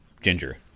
ginger